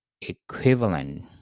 equivalent